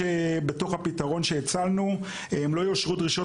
מרכיבים נוספים בפתרון שהצענו: לא יאושרו דרישות